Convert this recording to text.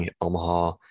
Omaha